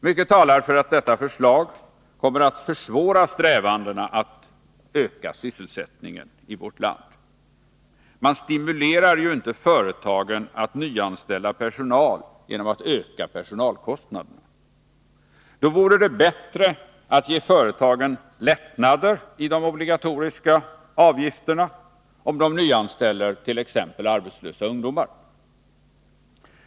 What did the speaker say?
Mycket talar för att detta förslag kommer att försvåra strävandena att öka sysselsättningen i vårt land; man stimulerar ju inte företagen att nyanställa personal genom att öka personalkostnaderna. Då vore det bättre att ge företagen lättnader i de obligatoriska avgifterna, om de nyanställer t.ex. arbetslösa ungdomar.